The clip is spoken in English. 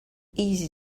easy